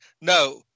No